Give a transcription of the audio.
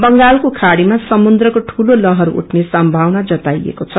बंगालको खाङीमा समुन्द्रको दूलो लहर उठने सम्भावना जताईएको छ